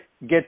get